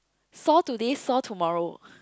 sore today soar tomorrow